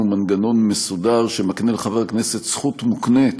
מנגנון מסודר שמקנה לחבר כנסת זכות מוקנית